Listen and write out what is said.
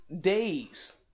days